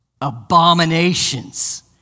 Abominations